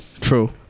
True